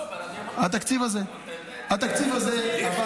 התקציב הזה עבר